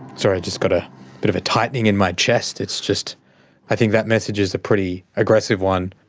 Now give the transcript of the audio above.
sorry just got a bit of a tightening in my chest. it's just i think that message is a pretty aggressive one.